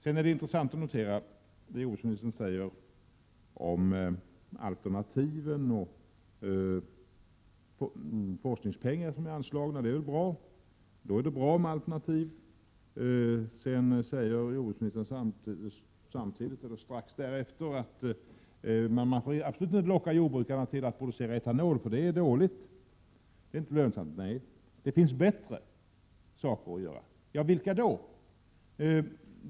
Det är intressant att notera vad jordbruksministern säger beträffande odling av alternativa grödor och de forskningspengar som är anslagna för detta ändamål. Då är det bra med alternativ, men strax efteråt sade jordbruksministern att man absolut inte får locka jordbrukarna att producera etanol, för det är inte lönsamt. Nej, det är sant, men vad är det då för alternativ som är bättre att satsa på?